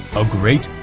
a great,